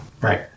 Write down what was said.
Right